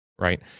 right